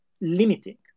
limiting